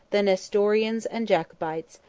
the nestorians and jacobites,